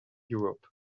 europe